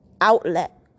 outlet